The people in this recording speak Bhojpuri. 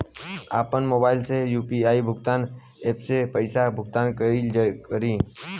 आपन मोबाइल से यू.पी.आई भुगतान ऐपसे पईसा भुगतान कइसे करि?